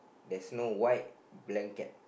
there's no white blanket